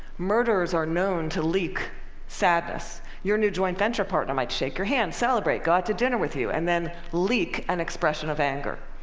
murderers are known to leak sadness. your new joint venture partner might shake your hand, celebrate, go out to dinner with you and then leak an expression of anger.